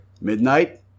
Midnight